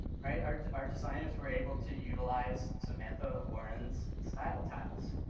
our our designers were able to utilize samantha warren's style tiles,